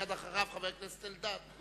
ומייד אחריו חבר הכנסת אלדד.